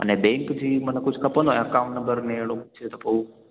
अने बैंक जी माना कुझु खपंदो ऐं अकाउंट नंबर में अहिड़ो कुझु थिए त पोइ